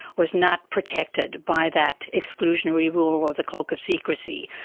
was not protected by that exclusionary rule or the cloak of secrecy.